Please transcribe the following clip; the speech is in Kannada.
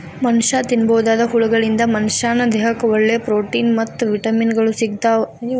ಮನಷ್ಯಾ ತಿನ್ನಬೋದಾದ ಹುಳಗಳಿಂದ ಮನಶ್ಯಾನ ದೇಹಕ್ಕ ಒಳ್ಳೆ ಪ್ರೊಟೇನ್ ಮತ್ತ್ ವಿಟಮಿನ್ ಗಳು ಸಿಗ್ತಾವ